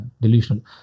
delusional